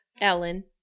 ellen